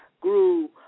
grew